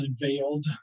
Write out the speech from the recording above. unveiled